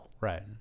Right